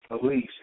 police